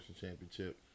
championship